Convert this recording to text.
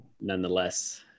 nonetheless